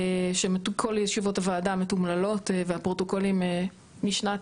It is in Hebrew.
כל ישיבות הוועדה מתומללות והפרוטוקולים משנת,